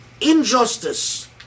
injustice